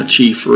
Chief